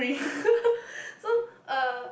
so uh